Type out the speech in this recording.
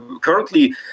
currently